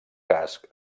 casc